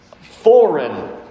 foreign